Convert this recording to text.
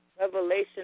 Revelation